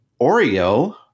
Oreo